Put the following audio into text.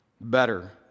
better